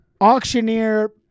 auctioneer